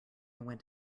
went